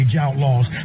Outlaws